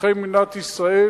אזרחי מדינת ישראל,